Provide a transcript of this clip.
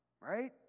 Right